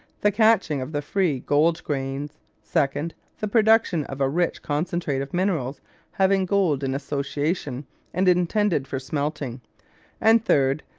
the catching of the free gold grains second, the production of a rich concentrate of minerals having gold in association and intended for smelting and, third,